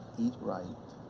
eat right,